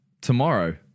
tomorrow